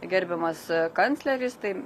gerbiamas kancleris tai